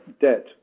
debt